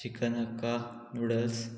chicken hakka noodles